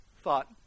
thought